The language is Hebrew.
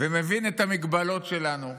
ומבין את המגבלות שלנו.